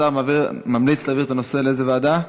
השר ממליץ להעביר את הנושא לאיזו ועדה?